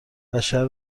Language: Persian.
بشر